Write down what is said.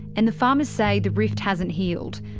and the farmers say the rift hasn't healed.